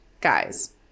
guys